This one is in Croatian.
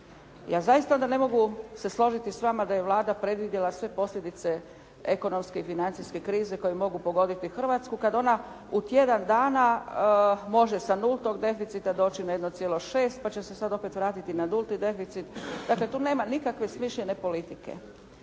Ja zaista se onda ne mogu složiti s vama da je Vlada predvidjela sve posljedice ekonomske i financijske krize koje mogu pogoditi Hrvatsku kada ona u tjedan dana može sa nultog deficita doći na 1,6, pa će se sada opet vratiti na nulti deficit. Dakle, tu nema nikakve smišljene politike.